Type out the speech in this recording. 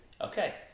Okay